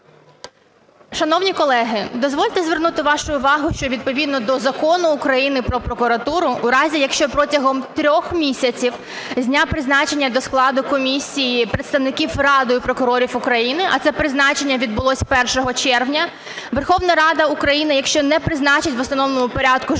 Шановні колеги, дозвольте звернути вашу увагу, що відповідно до Закону України "Про прокуратуру" у разі, якщо протягом 3 місяців з дня призначення до складу комісії представників Радою прокурорів України, а це призначення відбулося 1 червня, Верховна Рада України, якщо не призначить в установленому порядку жодної